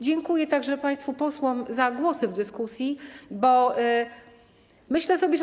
Dziękuję także państwu posłom za głosy w dyskusji, bo myślę sobie, że.